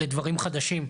לדברים חדשים.